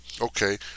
okay